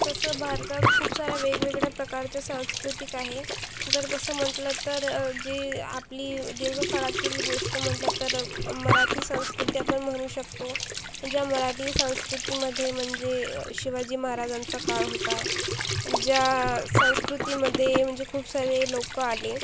तसं भारतात खूप साऱ्या वेगवेगळ्या प्रकारचे सांस्कृतिक आहे जर तसं म्हटलं तर जी आपली दीर्घकाळातील गोष्ट म्हटलं तर मराठी संस्कृती आपण म्हणू शकतो ज्या मराठी संस्कृतीमध्ये म्हणजे शिवाजी महाराजांचा काळ होता ज्या संस्कृतीमध्ये म्हणजे खूप सारे लोकं आले